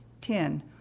ten